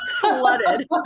flooded